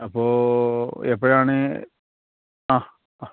അപ്പോൾ എപ്പോഴാണ് ആ ആ